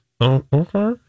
okay